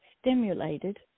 stimulated